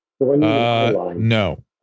no